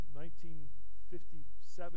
1957